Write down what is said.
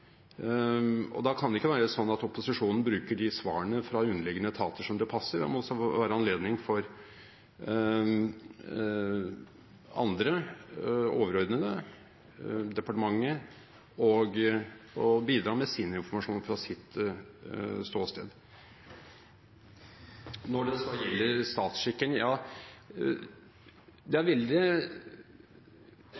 Da kan det ikke være sånn at opposisjonen bruker de svarene fra underliggende etater som det passer. Det må også være anledning til for andre – overordnede, departementet – å bidra med sin informasjon fra sitt ståsted. Når det så gjelder statsskikken: Veldig mye i kontrolltemaene er veldig vagt formulert, og da blir det